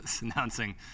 Announcing